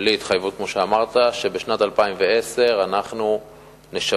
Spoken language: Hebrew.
בלי התחייבות, כמו שאמרת, שבשנת 2010 אנחנו נשווק